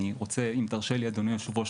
אם תרשה לי אדוני היושב-ראש,